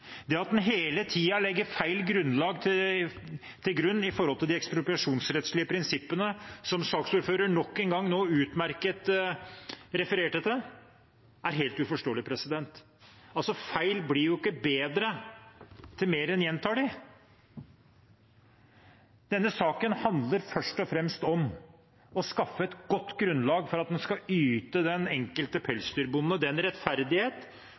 Det at en hele tiden legger feil grunnlag til grunn når det gjelder de ekspropriasjonsrettslige prinsippene, som saksordføreren nå nok en gang utmerket refererte til, er helt uforståelig. Feil blir jo ikke riktigere jo mer en gjentar dem. Denne saken handler først og fremst om å skaffe et godt grunnlag for at en skal yte den enkelte pelsdyrbonde den rettferdighet